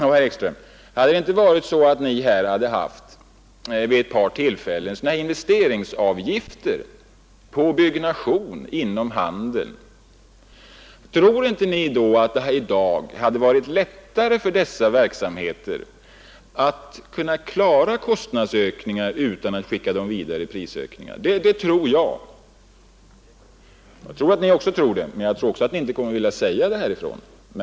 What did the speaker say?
Om vi inte, herrar Ekström och Sträng, vid ett par tillfällen hade haft investeringsavgifter på byggandet inom handeln, tror ni då inte att det hade varit lättare i dag för dessa verksamheter att klara kostnadsökningarna utan att skicka dem vidare i prisökningar? Det tror jag. Jag tror att även ni tror det, men jag tror också att ni inte kommer att vilja säga det.